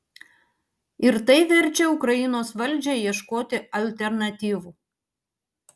ir tai verčia ukrainos valdžią ieškoti alternatyvų